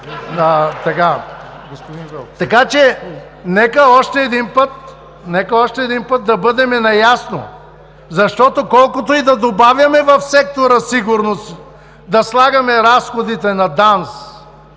часа. Нека още един път да бъдем наясно, защото колкото и да добавяме в сектора „Сигурност“ – да слагаме разходите на ДАНС,